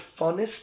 funnest